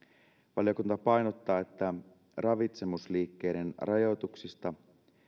valiokunta painottaa että ravitsemusliikkeiden rajoituksista